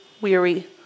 weary